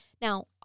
Now